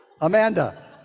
amanda